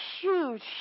huge